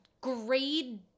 grade